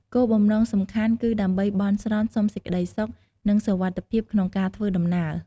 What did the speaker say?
គោលបំណងសំខាន់គឺដើម្បី បន់ស្រន់សុំសេចក្តីសុខ និងសុវត្ថិភាពក្នុងការធ្វើដំណើរ។